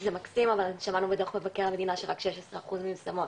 זה מקסים אבל שמענו מדוח מבקר המדינה שרק 16 אחוז מיושמות,